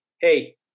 hey